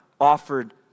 offered